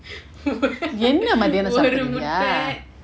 என்ன மத்தியானோ சாப்ட இல்லயா:enna mathiyano saapda illaya